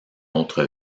autre